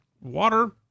water